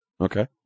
Okay